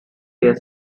their